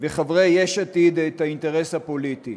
וחברי יש עתיד את האינטרס הפוליטי.